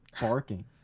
barking